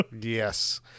yes